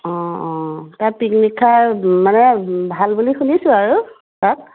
অঁ অঁ তাত পিকনিক খাই মানে ভাল বুলি শুনিছোঁ আৰু তাত